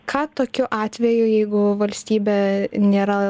ką tokiu atveju jeigu valstybė nėra